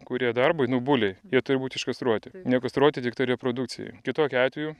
kurie darbui nu buliai jie turi būt iškastruoti nekastruoti tiktai reprodukcijai kitokiu atveju